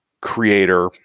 creator